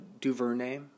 DuVernay